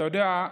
אתה יודע,